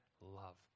love